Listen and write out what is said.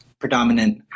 Predominant